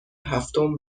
هفتم